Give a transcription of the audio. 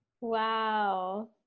Wow